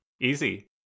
Easy